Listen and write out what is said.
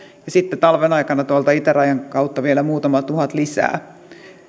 sitten talven aikana itärajan kautta vielä muutama tuhat lisää